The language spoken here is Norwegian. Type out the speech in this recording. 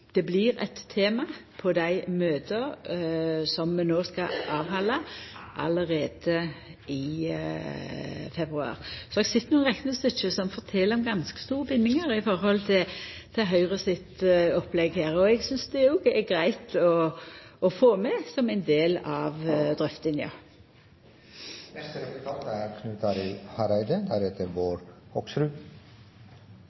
det blir eit tema på dei møta som vi no skal halda allereie i februar. Så eg sit med eit reknestykke som fortel om ganske store bindingar i forhold til Høgre sitt opplegg her. Eg synest det òg er greitt å få med som ein del av drøftinga. Det er